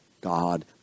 God